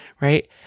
right